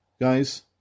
guys